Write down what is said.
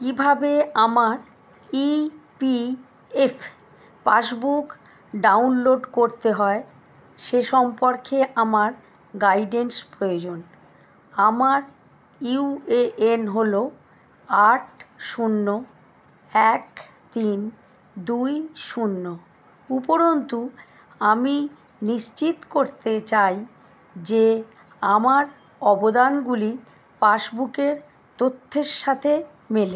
কীভাবে আমার E P F passbook download করতে হয় সে সম্পর্কে আমার গাইডেন্স প্রয়োজন আমার ইউ এ এন হলো আট শূন্য এক তিন দুই শূন্য উপরন্তু আমি নিশ্চিত করতে চাই যে আমার অবদানগুলি পাসবুকের তথ্যের সাথে মেলে